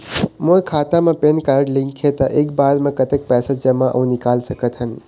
मोर खाता मा PAN card link हे ता एक बार मा कतक पैसा जमा अऊ निकाल सकथन?